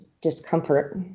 discomfort